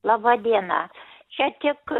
laba diena čia tik